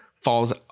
falls